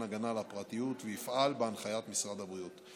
הגנה על הפרטיות ויפעל בהנחיית משרד הבריאות.